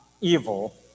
evil